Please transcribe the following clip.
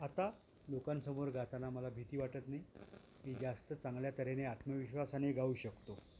आता लोकांसमोर गाताना मला भीती वाटत नाही मी जास्त चांगल्यातऱ्हेने आत्मविश्वासाने गाऊ शकतो